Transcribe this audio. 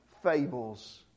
Fables